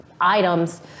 items